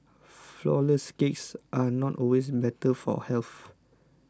Flourless Cakes are not always better for health